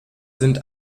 sind